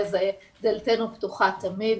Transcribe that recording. דלתנו פתוחה תמיד.